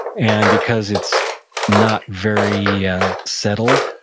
and because it's not very yeah settled,